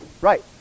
right